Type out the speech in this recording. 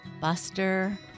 Buster